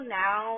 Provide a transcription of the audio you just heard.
now